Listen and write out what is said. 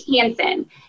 Hansen